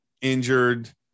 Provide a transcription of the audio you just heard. injured